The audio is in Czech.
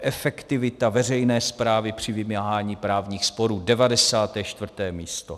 Efektivita veřejné správy při vymáhání právních sporů 94. místo.